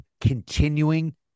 continuing